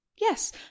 Yes